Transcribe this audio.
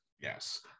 Yes